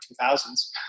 2000s